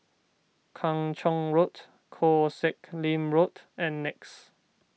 Kung Chong Road Koh Sek Lim Road and Nex